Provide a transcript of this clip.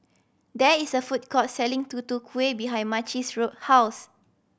there is a food court selling Tutu Kueh behind Macey's road house